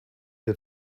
der